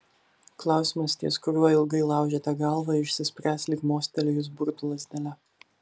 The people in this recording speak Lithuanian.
klausimas ties kuriuo ilgai laužėte galvą išsispręs lyg mostelėjus burtų lazdele